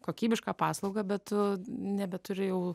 kokybišką paslaugą bet tu nebeturi jau